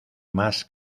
más